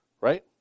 Right